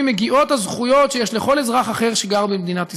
מגיעות הזכויות שיש לכל אזרח אחר שגר במדינת ישראל?"